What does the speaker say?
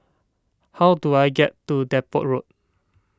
how do I get to Depot Road